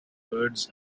words